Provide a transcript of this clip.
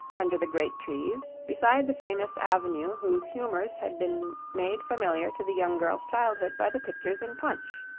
under the great trees, beside the famous avenue whose humors had been made familiar to the young girl's childhood by the pictures in punch.